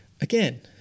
again